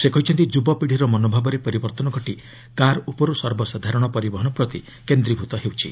ସେ କହିଛନ୍ତି ଯୁବପିଢ଼ିର ମନୋଭାବରେ ପରିବର୍ତ୍ତନ ଘଟି କାର୍ ଉପରୁ ସର୍ବସାଧାରଣ ପରିବହନ ପ୍ରତି କେନ୍ଦ୍ରୀଭୂତ ହେଉଛି